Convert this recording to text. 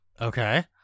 Okay